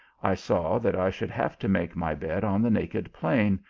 i saw that i should have to make my bed on the naked plain,